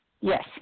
Yes